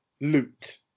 loot